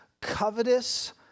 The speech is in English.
covetous